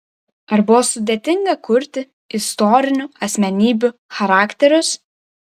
ar buvo sudėtinga kurti istorinių asmenybių charakterius